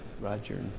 Roger